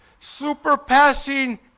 superpassing